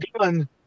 gun